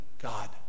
God